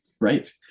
Right